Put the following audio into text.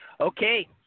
Okay